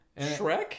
shrek